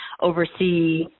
oversee